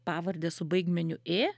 pavardę su baigmeniu ė